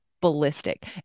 ballistic